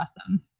awesome